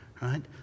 right